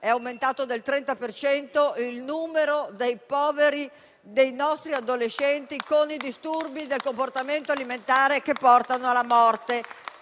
è aumentato del 30 per cento il numero dei poveri tra i nostri adolescenti, con disturbi del comportamento alimentare che portano alla morte.